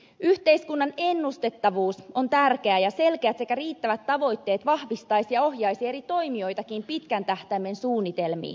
yhteiskunnan ennustettavuus on tärkeää ja selkeät sekä riittävät tavoitteet vahvistaisivat ja ohjaisivat eri toimijoitakin pitkän tähtäimen suunnitelmiin